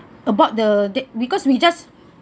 about the because we just